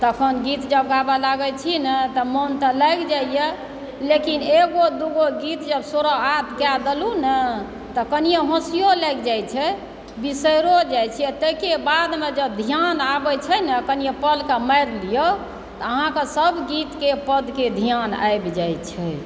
तऽ अपन गीत जब गाबै लागै छी ने तऽ मोन तऽ लागि जाइया लेकिन एगो दुगो गीत जब शुरुआत कए देलहुँ ने तऽ कनियो हँसियो लागि जाइत छै बिसैरो जाइ छी ताहिके बादमे जँ ध्यान आबै छियै ने कनि एक पद कऽ मारि लियौ तऽ अहाँके सब गीतके पद ध्यान आबि जाइत छै